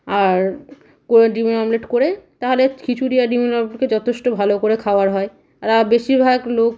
আর করে ডিমের অমলেট করে তাহলে খিচুড়ি আর ডিমেরঅমলেট যথেষ্ট ভালো করে খাবার হয় আর বেশিরভাগ লোক